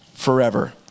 forever